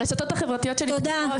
הרשתות החברתיות שלי מלאות --- תודה.